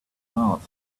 mouth